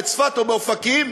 בצפת או באופקים,